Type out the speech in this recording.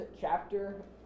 chapter